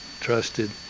trusted